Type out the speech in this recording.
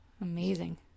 amazing